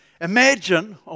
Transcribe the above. Imagine